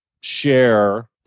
share